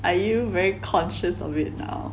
I you very conscious of it now